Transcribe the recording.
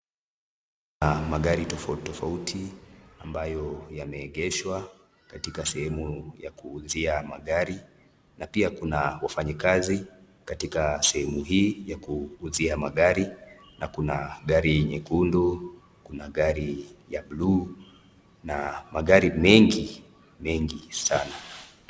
Magari tofauti tofauti ambayo yameegeshwa katika sehemu ya kuuzia magari. Na pia kuna wafanyikazi katika sehemu hii ya kuuzia magari na kuna gari nyekundu, gari ya buluu na magari mengi mengi sana.